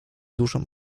dużą